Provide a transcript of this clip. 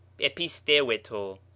episteweto